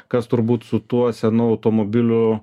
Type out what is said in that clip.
kas turbūt su tuo senu automobiliu